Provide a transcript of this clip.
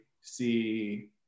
see